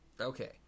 Okay